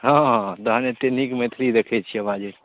हँ हँ तहन एतेक नीक मैथिली देखै छिअ बाजैत